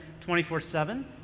24-7